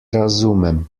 razumem